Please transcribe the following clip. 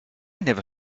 never